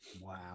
Wow